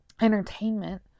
entertainment